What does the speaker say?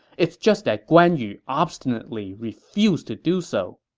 it's just that guan yu obstinately refused to do so.